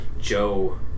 Joe